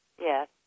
Yes